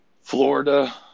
Florida